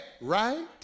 right